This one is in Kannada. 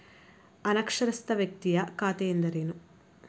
ಅನಕ್ಷರಸ್ಥ ವ್ಯಕ್ತಿಯ ಖಾತೆ ಎಂದರೇನು?